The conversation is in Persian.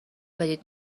بدید